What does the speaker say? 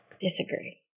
disagree